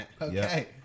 Okay